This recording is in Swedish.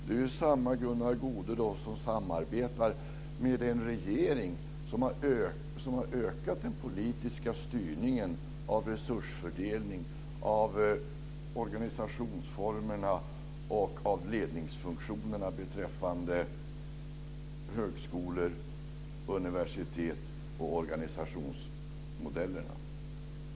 Det är ju samma Gunnar Goude som samarbetar med en regering som har ökat den politiska styrningen av resursfördelningen, av organisationsformerna och av ledningsfunktionerna beträffande högskolor, universitet och organisationsmodellerna.